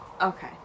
Okay